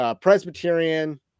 Presbyterian